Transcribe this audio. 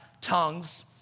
tongues